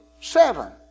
seven